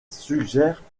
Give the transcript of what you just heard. suggèrent